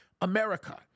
America